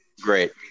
Great